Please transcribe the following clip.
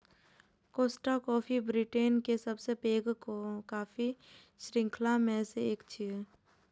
Costa coffee Britain के सबसं पैघ कॉफी शृंखला मे सं एक छियै